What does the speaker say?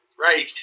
Right